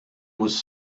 was